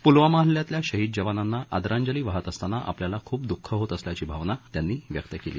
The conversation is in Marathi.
पुलवामा हल्ल्यातल्या शहीद जवानांना आदरांजली वाहत असताना आपल्याला खुप दुःख होत असल्याची भावना त्यांनी व्यक्त केली